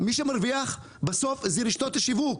מי שמרוויח בסוף זה רשתות השיווק,